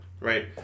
right